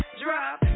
drop